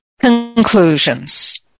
Conclusions